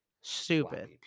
Stupid